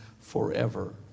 forever